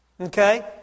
Okay